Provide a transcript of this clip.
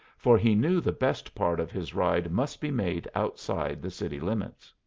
for he knew the best part of his ride must be made outside the city limits.